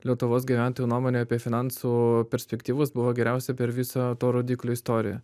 lietuvos gyventojų nuomonė apie finansų perspektyvas buvo geriausia per visą to rodiklio istoriją